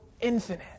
infinite